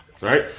Right